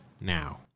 now